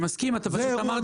אני מסכים.